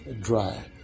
dry